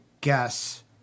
guess